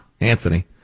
Anthony